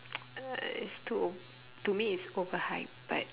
it's too to me it's overhype but